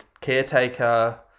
caretaker